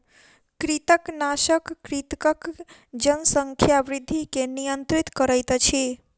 कृंतकनाशक कृंतकक जनसंख्या वृद्धि के नियंत्रित करैत अछि